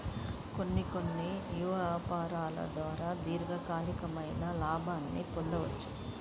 కొన్ని కొన్ని యాపారాల ద్వారా దీర్ఘకాలికమైన లాభాల్ని పొందొచ్చు